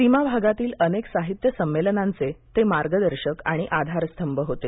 सीमाभागातील अनेक साहित्य संमेलनाचे ते मार्गदर्शक आणि आधारस्तंभ होते